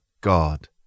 God